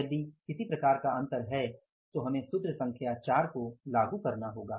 यदि किसी प्रकार का अंतर है तो हमें सूत्र संख्या 4 को लागू करना होगा